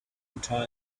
bathroom